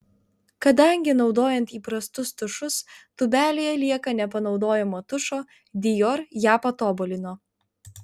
kadangi naudojant įprastus tušus tūbelėje lieka nepanaudojamo tušo dior ją patobulino